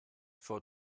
for